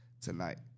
tonight